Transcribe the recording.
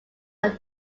are